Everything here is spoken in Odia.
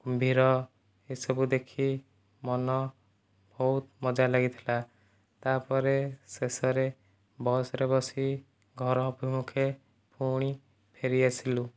କୁମ୍ଭୀର ଏସବୁ ଦେଖି ମନ ବହୁତ ମଜା ଲାଗିଥିଲା ତାପରେ ଶେଷରେ ବସ୍ରେ ବସି ଘର ଅଭିମୁଖେ ପୁଣି ଫେରିଆସିଲୁ